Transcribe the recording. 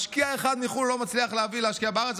משקיע אחד מחו"ל הוא לא מצליח להביא להשקיע בארץ.